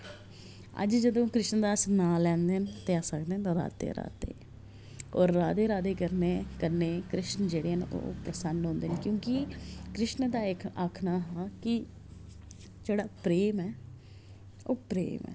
अज्ज जंदू कृष्ण दा अस नांऽ लैने न ते अस आखने आं राधे राधे होर राधे राधे करने कन्नै कृष्ण जेह्डे़ न ओह् प्रसन्न होंदे न क्योंकि कृष्ण दा इक आखना हा कि जेह्ड़ा प्रेम ऐ ओह् प्रेम ऐ